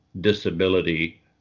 disability